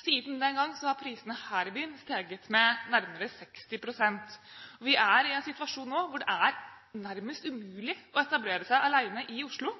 Siden den gangen har prisene her i byen steget med nærmere 60 pst. Vi er i en situasjon nå hvor det er nærmest umulig å etablere seg alene i Oslo.